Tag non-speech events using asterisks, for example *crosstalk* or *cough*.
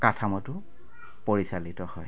*unintelligible* পৰিচালিত হয়